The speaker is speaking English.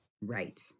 right